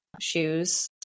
shoes